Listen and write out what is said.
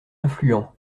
influent